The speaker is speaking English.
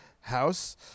house